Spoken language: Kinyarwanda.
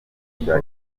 bya